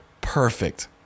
perfect